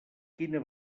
quina